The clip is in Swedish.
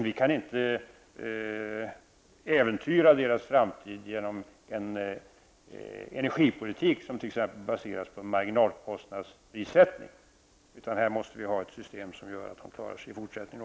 Vi kan inte äventyra dess framtid genom en energipolitik som t.ex. baseras på en marginalkostnadsprissättning, utan i detta sammanhang måste vi ha ett system som gör att den klarar sig även i fortsättningen.